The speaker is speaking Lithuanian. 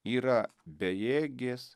yra bejėgės